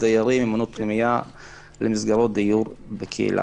דיירים ממעונות פנימייה למסגרות בקהילה,